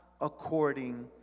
according